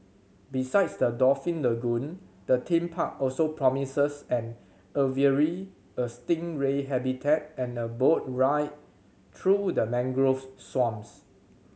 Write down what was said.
besides the dolphin lagoon the theme park also promises an aviary a stingray habitat and a boat ride through the mangroves swamps